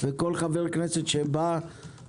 כל חבר כנסת שבא,